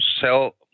sell